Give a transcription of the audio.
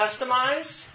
customized